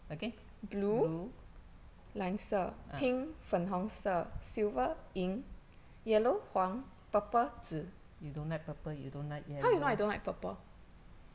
again blue ah you don't like purple you don't like yellow